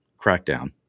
crackdown